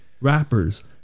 rappers